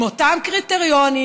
עם אותם קריטריונים,